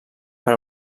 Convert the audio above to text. per